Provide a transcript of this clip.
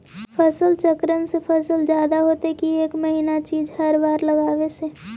फसल चक्रन से फसल जादे होतै कि एक महिना चिज़ हर बार लगाने से?